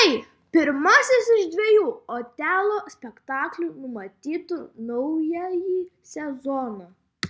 tai pirmasis iš dviejų otelo spektaklių numatytų naująjį sezoną